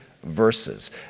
verses